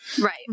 Right